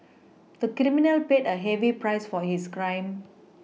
the criminal paid a heavy price for his crime